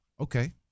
Okay